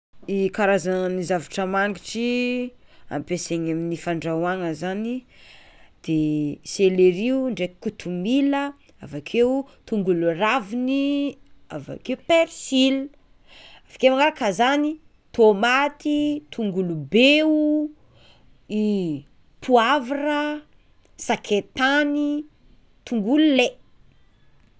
I karazany zavatry magnitry ampiasaina amin'ny fandrahoana: de selery, ndraiky kotomila, avakeo tongolo raviny avekeo persil, avakeo magnaraka zany persil tongolo be o, poavra, sakaitany, tongolo ley.